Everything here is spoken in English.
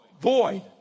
Void